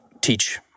teach